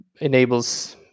enables